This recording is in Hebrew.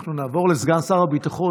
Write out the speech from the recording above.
אנחנו נעבור לסגן שר הביטחון.